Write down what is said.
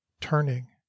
turning